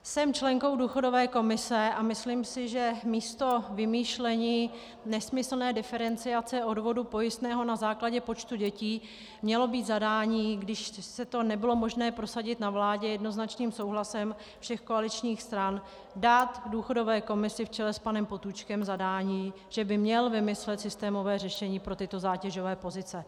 Jsem členkou důchodové komise a myslím si, že místo vymýšlení nesmyslné diferenciace odvodu pojistného na základě počtu dětí mělo být zadání, i když to nebylo možné prosadit na vládě jednoznačným souhlasem všech koaličních stran, dát důchodové komisi v čele s panem Potůčkem zadání, že by měl vymyslet systémové řešení pro tyto zátěžové pozice.